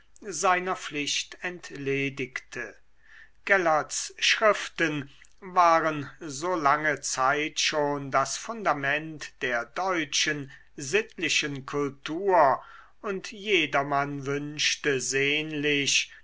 seiner pflicht entledigte gellerts schriften waren so lange zeit schon das fundament der deutschen sittlichen kultur und jedermann wünschte sehnlich